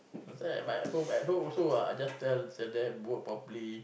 I say but at home at home also what I just tell tell them work properly